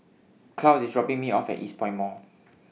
Claude IS dropping Me off At Eastpoint Mall